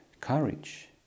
courage